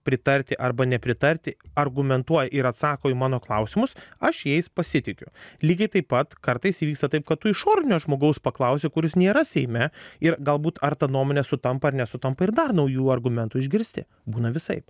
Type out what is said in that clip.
pritarti arba nepritarti argumentuoja ir atsako į mano klausimus aš jais pasitikiu lygiai taip pat kartais įvyksta taip kad tu išorinio žmogaus paklausi kuris nėra seime ir galbūt ar ta nuomonė sutampa ar nesutampa ir dar naujų argumentų išgirsti būna visaip